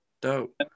Dope